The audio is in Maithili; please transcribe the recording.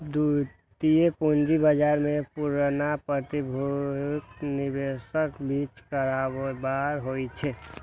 द्वितीयक पूंजी बाजार मे पुरना प्रतिभूतिक निवेशकक बीच कारोबार होइ छै